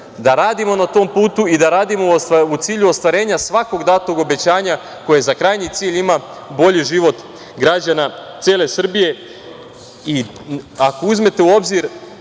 da radimo na putu i da radimo u cilju ostvarenja svakog datog obećanja koje za krajnji cilj ima bolji život građana cele Srbije. Ako uzmete u obzir